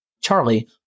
Charlie